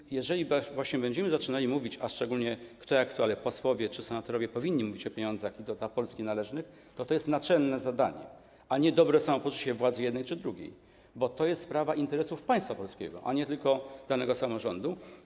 I jeżeli właśnie będziemy zaczynali mówić, a szczególnie kto jak kto, ale posłowie czy senatorowie powinni mówić o pieniądzach, i to dla Polski należnych, to jest to naczelne zadanie, a nie dobre samopoczucie władzy jednej czy drugiej, bo to jest sprawa interesów państwa polskiego, a nie tylko danego samorządu.